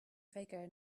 faker